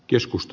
keskusta